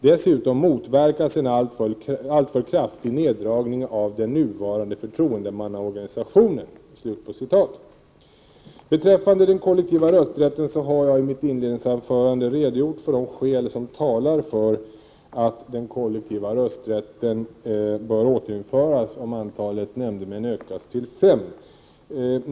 Dessutom motverkas en alltför kraftig neddragning av den nuvarande förtroendemannaorganisationen.” Beträffande den kollektiva rösträtten har jag i mitt inledningsanförande redogjort för de skäl som talar för att den kollektiva rösträtten bör återinföras om antalet nämndemän ökas till fem.